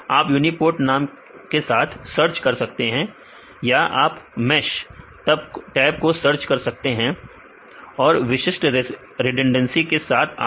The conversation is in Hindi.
आप यूनीपोर्ट नाम के साथ सर्च कर सकते हैं या आप MESH तब को सर्च कर सकते हैं और विशिष्ट रिडंडेंसी के साथ आप